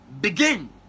Begin